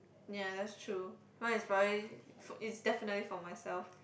ya that's true mine is probably f~ is definitely for myself